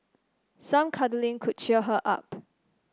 some cuddling could cheer her up